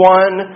one